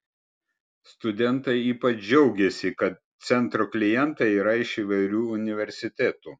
studentai ypač džiaugėsi kad centro klientai yra iš įvairių universitetų